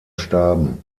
starben